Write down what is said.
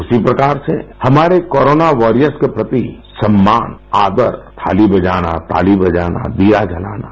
उसी प्रकार से हमारे कोरोना वारियर्स के प्रति सम्मान आदर थाली बजाना ताली बजाना दिया जलाना